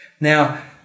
Now